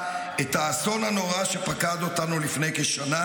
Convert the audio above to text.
את האסון הנורא שפקד אותנו לפני כשנה,